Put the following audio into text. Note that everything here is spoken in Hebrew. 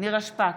נירה שפק,